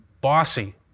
bossy